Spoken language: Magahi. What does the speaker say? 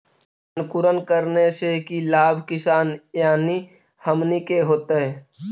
अंकुरण करने से की लाभ किसान यानी हमनि के होतय?